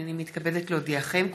הינני מתכבדת להודיעכם,